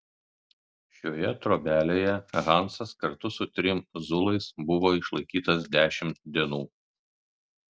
šioje trobelėje hansas kartu su trim zulais buvo išlaikytas dešimt dienų